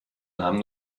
nahm